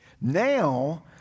now